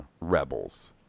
Rebels